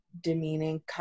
demeaning